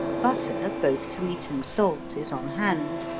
butter, both sweet and salt, is on hand,